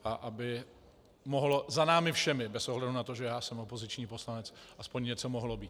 A aby mohlo za námi všemi, bez ohledu na to, že já jsem opoziční poslanec, aspoň něco mohlo být.